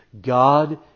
God